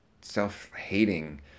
self-hating